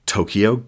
Tokyo